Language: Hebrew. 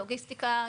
לוגיסטיקה.